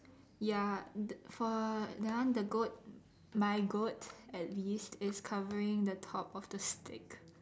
ya the for that one the goat my goats at least is covering the top of the stick